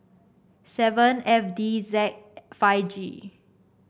seven F D Z five G